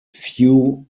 few